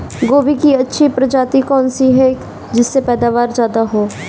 गोभी की अच्छी प्रजाति कौन सी है जिससे पैदावार ज्यादा हो?